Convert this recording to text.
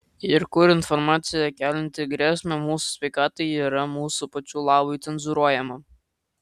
ir kur informacija kelianti grėsmę mūsų sveikatai yra mūsų pačių labui cenzūruojama